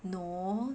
no